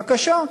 בבקשה,